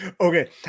okay